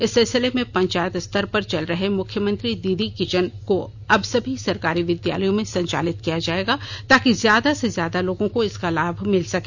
इस सिलसिले में पंचायत स्तर पर चल रहे मुख्यमंत्री दीदी किचन को अब सभी सरकारी विद्यालयों में संचालित किया जाएगा ताकि ज्यादा से ज्यादा लोगों को इसका लाभ मिल सके